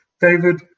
David